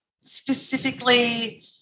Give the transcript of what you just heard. specifically